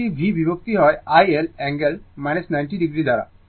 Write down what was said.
এটি V বিভক্ত হয় iL অ্যাঙ্গেল 90o দ্বারা